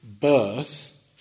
birth